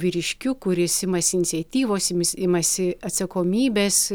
vyriškiu kuris imasi iniciatyvos ims imasi atsakomybės